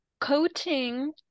coating